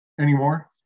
anymore